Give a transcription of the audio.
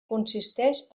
consisteix